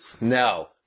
No